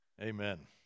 Amen